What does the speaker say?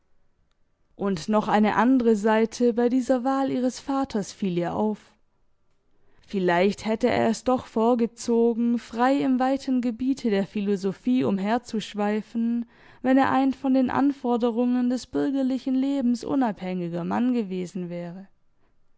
und noch eine andere seite bei dieser wahl ihres vaters fiel ihr auf vielleicht hätte er es doch vorgezogen frei im weiten gebiete der philosophie umherzuschweifen wenn er ein von den anforderungen des bürgerlichen lebens unabhängiger mann gewesen wäre